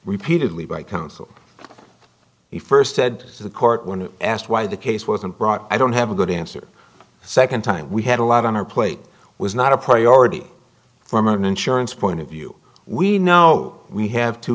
repeatedly by counsel he first said to the court when asked why the case wasn't brought i don't have a good answer the second time we had a lot on our plate was not a priority from an insurance point of view we know we have two